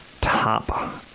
top